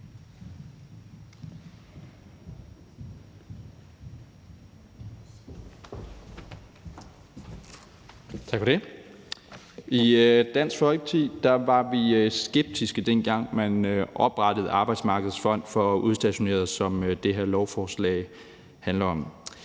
Tak for det. I Dansk Folkeparti var vi skeptiske, dengang man oprettede Arbejdsmarkedets Fond for Udstationerede, som det her lovforslag handler om.